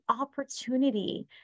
opportunity